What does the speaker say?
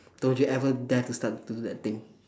don't you ever dare to start to do that thing